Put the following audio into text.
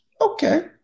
Okay